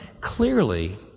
clearly